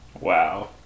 Wow